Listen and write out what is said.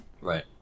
Right